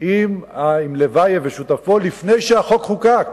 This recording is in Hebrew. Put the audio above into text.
עם לבייב ושותפו לפני שהחוק חוקק.